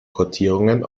portierungen